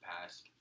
past